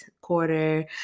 quarter